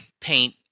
paint